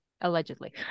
allegedly